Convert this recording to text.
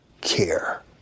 care